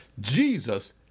Jesus